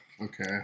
okay